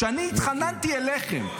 כשאני התחננתי אליכם,